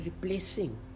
replacing